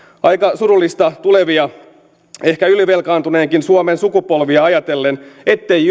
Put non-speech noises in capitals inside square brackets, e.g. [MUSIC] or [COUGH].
aika surullista tulevia ehkä ylivelkaantuneenkin suomen sukupolvia ajatellen etteivät [UNINTELLIGIBLE]